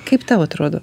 kaip tau atrodo